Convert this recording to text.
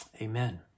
Amen